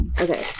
okay